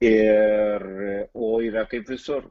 ir o yra kaip visur